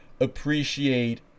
appreciate